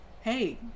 hey